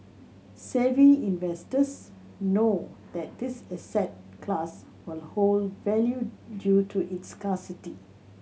savvy investors know that this asset class will hold value due to its scarcity